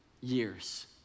years